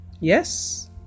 Yes